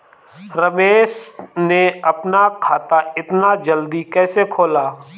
रमेश ने अपना खाता इतना जल्दी कैसे खोला?